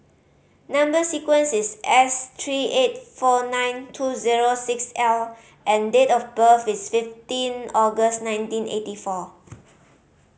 number sequence is S three eight four nine two zero six L and date of birth is fifteen August nineteen eighty four